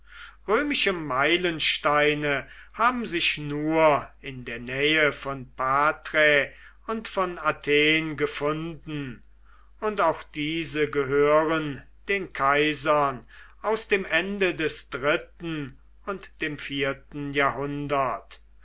römische meilensteine haben sich nur in der nächsten nähe von patrae und von athen gefunden und auch diese gehören den kaisern aus dem ende des dritten und dem vierten